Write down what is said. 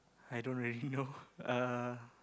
I don't really know uh